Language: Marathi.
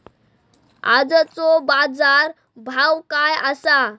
आजचो बाजार भाव काय आसा?